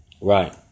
Right